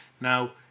Now